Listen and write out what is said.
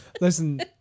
listen